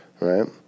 right